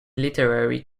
literary